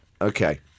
Okay